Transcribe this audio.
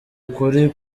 ukuri